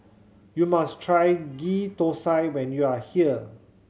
you must try Ghee Thosai when you are here